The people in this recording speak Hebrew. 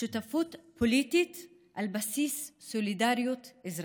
שותפות פוליטית על בסיס סולידריות אזרחית,